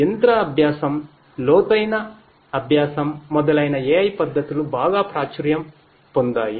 యంత్ర అభ్యాసం లోతైన అభ్యాసం మొదలైన AI పద్ధతులు బాగా ప్రాచుర్యం పొందాయి